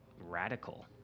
radical